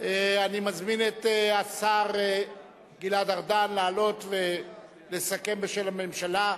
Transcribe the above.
אני מזמין את השר גלעד ארדן לעלות ולסכם בשם הממשלה.